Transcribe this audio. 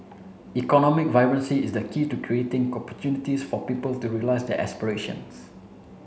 economic vibrancy is key to creating opportunities for people to realise their aspirations